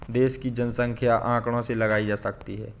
देश की जनसंख्या आंकड़ों से लगाई जा सकती है